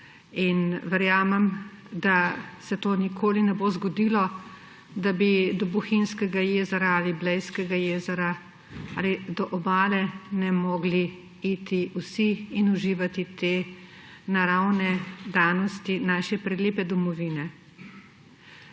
in verjamem, da se to nikoli ne bo zgodilo, da do Bohinjskega jezera ali Blejskega jezera ali do obale ne mogli iti vsi in uživati te naravne danosti naše prelepe domovine.